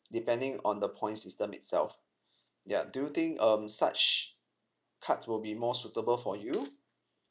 depending on the points system itself ya do you think um such card will be more suitable for you